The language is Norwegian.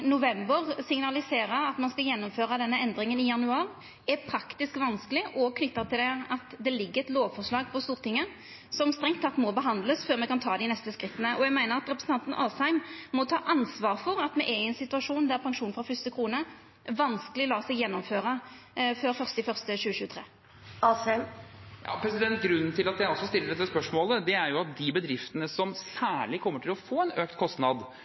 november, at me skal gjennomføra denne endringa i januar, er praktisk vanskeleg – òg knytt til at det ligg eit lovforslag på Stortinget som strengt teke må behandlast før me kan ta dei neste skritta. Eg meiner at representanten Asheim må ta ansvar for at me er i ein situasjon der pensjon frå fyrste krone vanskeleg lèt seg gjennomføra før 1. januar 2023. Det blir oppfølgingsspørsmål – først Henrik Asheim. Grunnen til at jeg stiller dette spørsmålet, er at de bedriftene som særlig kommer til å få en økt kostnad